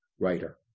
writer